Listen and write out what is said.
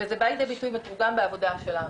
וזה בא לידי ביטוי מתורגם בעבודה שלנו.